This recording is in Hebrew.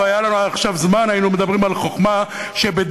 לו היה לנו עכשיו זמן היינו מדברים על חוכמה שבדיעבד